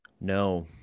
no